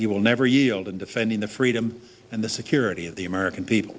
he will never yield and defending the freedom and the security of the american people